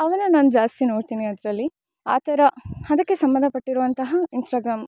ಅವನ್ನ ನಾನು ಜಾಸ್ತಿ ನೊಡ್ತಿನಿ ಅದರಲ್ಲಿ ಆಥರ ಅದಕ್ಕೆ ಸಂಬಂಧ ಪಟ್ಟಿರೊವಂತಹ ಇನ್ಸ್ಟಾಗ್ರಾಮ್